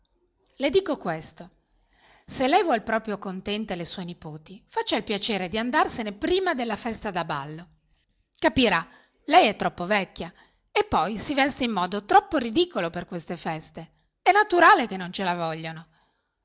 le dico questo se lei vuol proprio contente le sue nipoti faccia il piacere di andarsene prima della festa da ballo capirà lei è troppo vecchia e poi si veste in modo troppo ridicolo per queste feste è naturale che non ce la vogliono